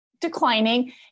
declining